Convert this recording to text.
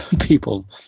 people